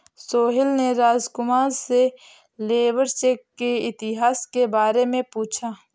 सोहेल ने राजकुमार से labour check के इतिहास के बारे में पूछा